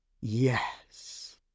Yes